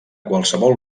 qualsevol